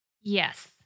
Yes